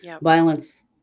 violence